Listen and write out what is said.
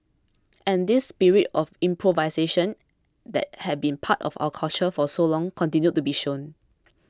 and this spirit of improvisation that had been part of our culture for so long continued to be shown